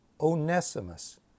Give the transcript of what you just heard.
Onesimus